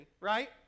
right